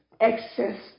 excess